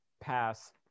pass